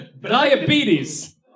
Diabetes